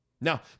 Now